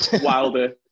Wilder